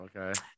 Okay